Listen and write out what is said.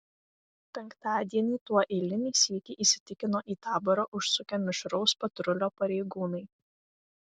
penktadienį tuo eilinį sykį įsitikino į taborą užsukę mišraus patrulio pareigūnai